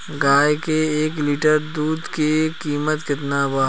गाय के एक लीटर दुध के कीमत केतना बा?